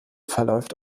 verläuft